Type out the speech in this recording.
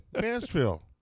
Nashville